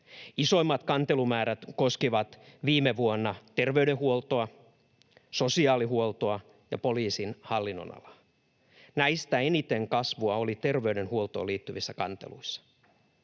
Isoimmat kantelumäärät koskivat viime vuonna terveydenhuoltoa, sosiaalihuoltoa ja poliisin hallinnonalaa. Näistä eniten kasvua oli terveydenhuoltoon liittyvissä kanteluissa.